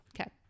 Okay